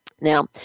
Now